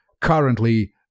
currently